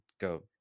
go